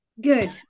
good